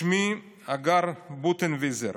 שמי הגר בוטנויזר,